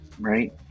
right